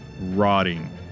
rotting